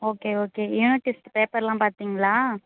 okay okay unit test பேப்பரெல்லாம் பார்த்தீங்களா